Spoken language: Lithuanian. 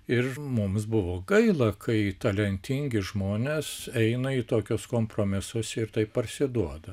ir mums buvo gaila kai talentingi žmonės eina į tokius kompromisus ir taip parsiduoda